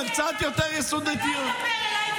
שלא ידבר אליי,